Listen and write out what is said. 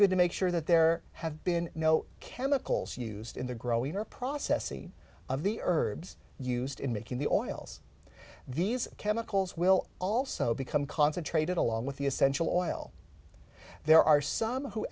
good to make sure that there have been no chemicals used in the growing or processing of the herbs used in making the oils these chemicals will also become concentrated along with the essential oil there are some who